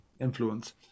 influence